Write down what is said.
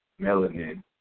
melanin